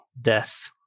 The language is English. Death